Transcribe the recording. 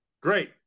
Great